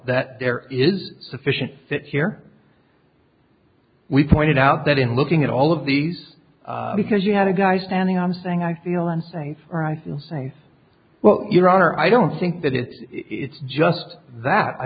that there is sufficient fit here we pointed out that in looking at all of these because you had a guy standing on saying i feel unsafe or i feel safe well your honor i don't think that it's it's just that i